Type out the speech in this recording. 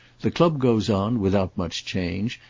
the club goes on without much change,